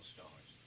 Stars